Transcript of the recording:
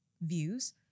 views